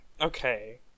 Okay